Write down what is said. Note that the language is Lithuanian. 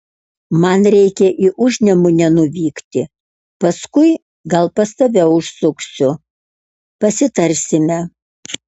man reikia į užnemunę nuvykti paskui gal pas tave užsuksiu pasitarsime